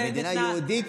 מדינה יהודית.